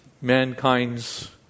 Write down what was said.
mankind's